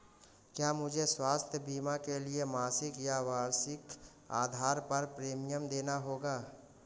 क्या मुझे स्वास्थ्य बीमा के लिए मासिक या वार्षिक आधार पर प्रीमियम देना होगा?